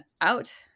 out